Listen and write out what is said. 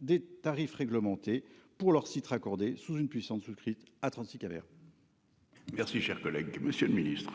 des tarifs réglementés pour leur site raccordés sous une puissance souscrite à 36 Kader. Merci, cher collègue, Monsieur le Ministre.--